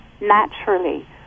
naturally